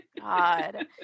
god